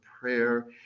prayer